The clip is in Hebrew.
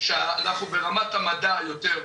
שאנחנו ברמת המדע יותר מהשאר,